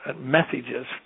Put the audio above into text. messages